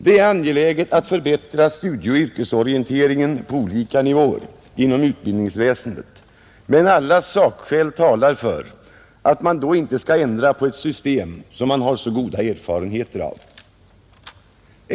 Det är angeläget att förbättra studieoch yrkesorienteringen på olika nivåer inom utbildningsväsendet, men alla sakskäl talar för att man då inte skall ändra på ett system som man har så goda erfarenheter av som detta.